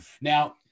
now